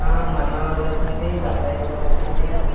ହଁ ମାମା ଭଲ ଅଛନ୍ତି ବାପା ବି ଭଲ ଅଛନ୍ତି